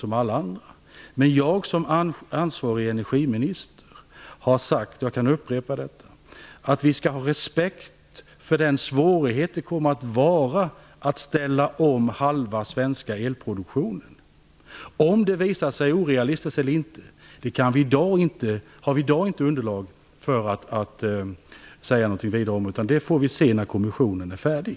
Jag har som ansvarig energiminister sagt, och jag kan upprepa detta, att vi skall ha respekt för den svårighet det kommer att vara att ställa om halva svenska elproduktionen. Om det visar sig orealistiskt eller inte har vi i dag inte underlag för att säga någonting vidare om. Det får vi se när kommissionen är färdig.